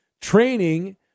training